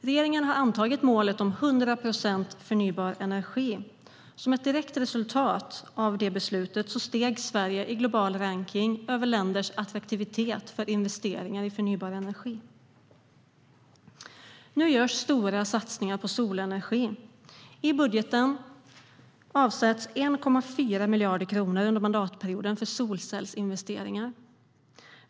Regeringen har antagit målet om 100 procent förnybar energi. Som ett direkt resultat av det beslutet steg Sverige i global rankning över länders attraktivitet för investeringar i förnybar energi. Nu görs stora satsningar på solenergi. I budgeten avsätts 1,4 miljarder kronor under mandatperioden för solcellsinvesteringar.